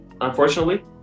unfortunately